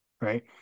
right